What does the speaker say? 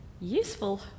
Useful